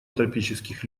тропических